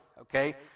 okay